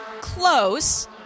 close